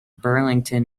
burlington